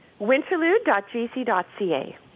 Winterlude.gc.ca